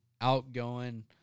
outgoing